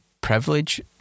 privilege